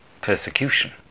persecution